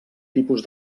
tipus